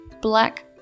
black